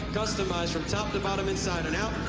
customized from top to bottom, inside and out.